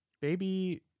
baby